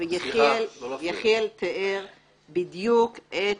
יחיאל תיאר בדיוק את